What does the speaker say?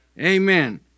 Amen